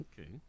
okay